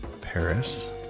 paris